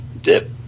dip